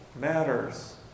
matters